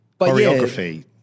choreography